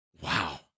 wow